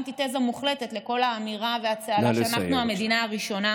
אנטיתזה מוחלטת לכל האמירה והצהלה שאנחנו המדינה הראשונה